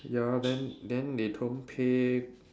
ya then then they don't pay